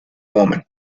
woman